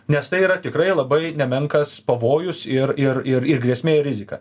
nes tai yra tikrai labai nemenkas pavojus ir ir ir ir grėsmė ir rizika